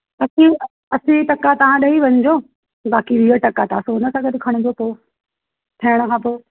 असी असी टका ता ॾेई वञो बाक़ी वीह टका ताकी हुन सां गॾु खणिजो पोइ ठइण खां पोइ